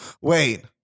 Wait